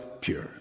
pure